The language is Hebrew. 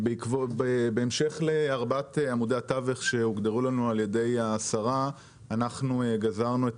בהמשך לארבעת עמודי התווך שהוגדרו לנו על ידי השרה אנחנו גזרנו את